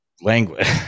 language